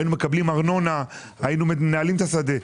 היינו מקבלים ארנונה, היינו מנהלים את השדה.